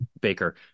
Baker